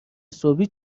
صبحی